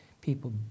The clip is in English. People